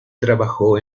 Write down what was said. trabajó